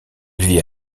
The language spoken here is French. vit